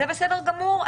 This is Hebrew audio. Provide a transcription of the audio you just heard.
זה בסדר גמור.